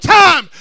time